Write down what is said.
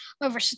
over